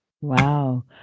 Wow